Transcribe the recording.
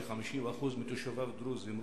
ש-50% מתושביו דרוזים,